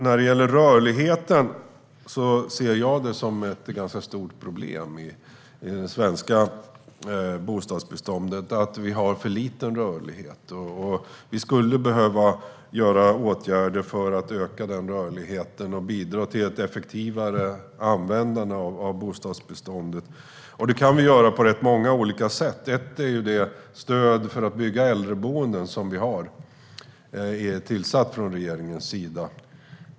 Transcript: Jag ser rörligheten som ett ganska stort problem i det svenska bostadsbeståndet. Det är för liten rörlighet. Vi skulle behöva vidta åtgärder för att öka den rörligheten och bidra till ett effektivare användande av bostadsbeståndet. Det kan vi göra på många olika sätt. Ett sätt är det stöd som vi från regeringen har infört för att bygga äldreboenden.